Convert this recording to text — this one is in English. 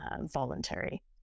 voluntary